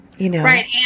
Right